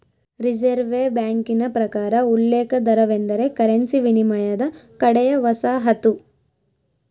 reserve ಬ್ಯಾಂಕಿನ ಪ್ರಕಾರ ಉಲ್ಲೇಖ ದರವೆಂದರೆ ಕರೆನ್ಸಿ ವಿನಿಮಯದ ಕಡೆಯ ವಸಾಹತು